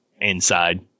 inside